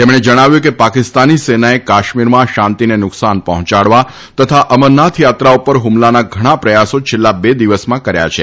તેમણે જણાવ્યું હતું કેપાકિસ્તાની સેનાએ કાશ્મીરમાં શાંતિને નુકસાન પર્હોચાડવા તથા અમરનાથ યાત્રા ઉપર ફમલાના ઘણાં પ્રયાસો છેલ્લા બે દિવસમાં કર્યા છે